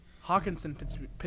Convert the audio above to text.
Hawkinson